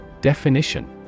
Definition